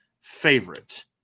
favorite